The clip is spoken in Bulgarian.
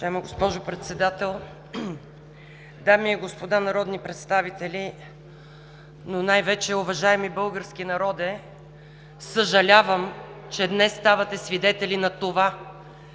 дами и господа народни представители, но най-вече уважаеми български народе! Съжалявам, че днес ставате свидетели на това,